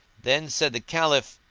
then said the caliph,